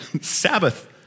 Sabbath